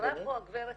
אמרה פה הגברת